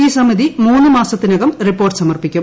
ഈ സമിതി മൂന്ന് മാസത്തിനകം റിപ്പോർട്ട് സമർപ്പിക്കും